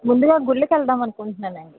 ముందుగా గుడిలకి వెళదాం అనుకుంటున్నానండీ